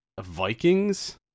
Vikings